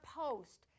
post